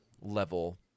level